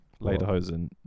lederhosen